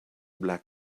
black